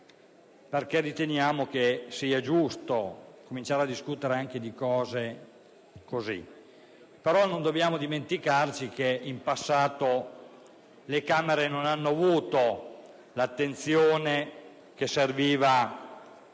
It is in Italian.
perché riteniamo giusto cominciare a discutere di questi temi, ma non dobbiamo dimenticare che in passato le Camere non hanno avuto l'attenzione che serviva